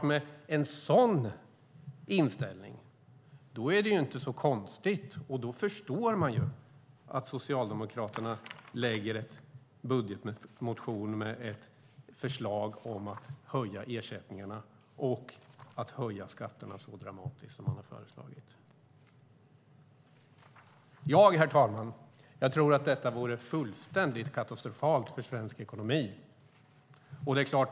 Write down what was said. Med en sådan inställning förstår man att Socialdemokraterna lägger fram en budgetmotion med förslag om att höja ersättningarna och att höja skatterna så dramatiskt som de har föreslagit. Jag tror att detta vore fullständigt katastrofalt för svensk ekonomi, herr talman.